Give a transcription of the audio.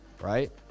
Right